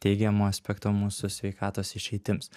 teigiamų aspektų mūsų sveikatos išeitims